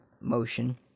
motion